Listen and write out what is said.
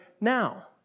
now